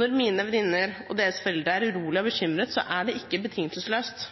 Når mine venninner og deres foreldre er urolig og bekymret, er det ikke betingelsesløst.